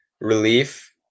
relief